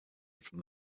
from